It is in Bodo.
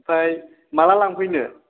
ओमफ्राय माब्ला लांफैनो